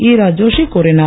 ஈரா ஜோஷி கூறினார்